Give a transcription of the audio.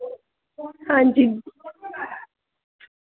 हां जी